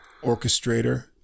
orchestrator